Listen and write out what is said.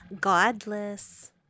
Godless